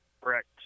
Correct